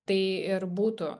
tai ir būtų